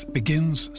begins